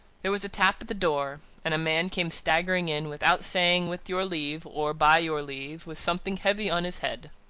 there was a tap at the door and a man came staggering in, without saying with your leave, or by your leave, with something heavy on his head.